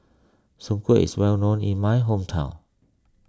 Soon Kueh is well known in my hometown